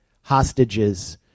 hostages